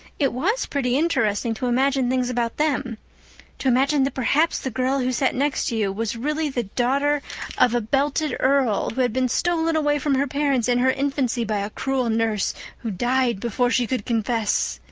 it was pretty interesting to imagine things about them to imagine that perhaps the girl who sat next to you was really the daughter of a belted earl, who had been stolen away from her parents in her infancy by a cruel nurse who died before she could confess.